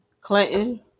Clinton